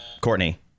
Courtney